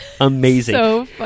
amazing